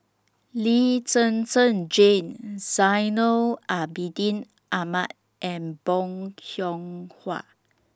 Lee Zhen Zhen Jane Zainal Abidin Ahmad and Bong Hiong Hwa